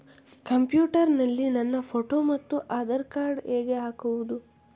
Computer ನಲ್ಲಿ ನನ್ನ photo ಮತ್ತು ಆಧಾರ್ ಕಾರ್ಡ್ ಹೇಗೆ ಹಾಕುವುದು?